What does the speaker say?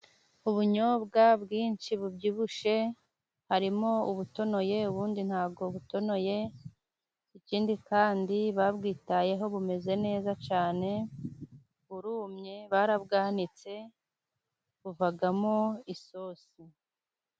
Ubunyobwa bwinshi bubyibushye harimo: ubutunoye ubundi ntabwo butonoye, ikindi kandi babwitayeho bumeze neza cyane, burumye barabwanitse, buvamo isosi.